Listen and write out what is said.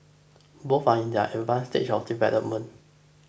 both are in their advanced stage of development